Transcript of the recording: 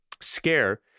scare